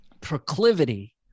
proclivity